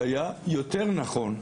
זה היה יותר נכון.